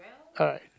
alright